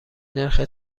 نرخ